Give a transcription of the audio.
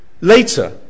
Later